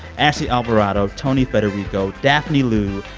ashley alvarado, tony federico, daphne lou,